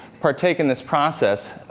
partake in this process,